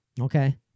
Okay